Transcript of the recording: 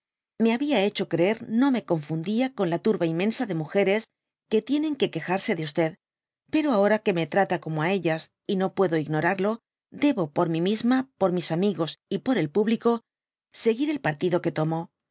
me habia hecho creer no me confundía con la turba inmensa de múgeres que tienen que quejarse de pero ahora que me trata como á ellas y no puedo ignorarlo debo por mí misma por mis amigos y por el púbhco seguir el partido que